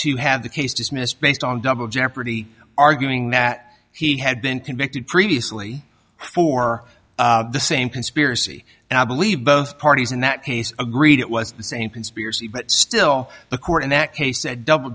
to have the case dismissed based on double jeopardy arguing that he had been convicted previously for the same conspiracy and i believe both parties in that case agreed it was the same conspiracy but still the court in that case said double